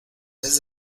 vez